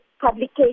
publication